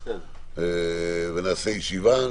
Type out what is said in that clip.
נקיים ישיבה,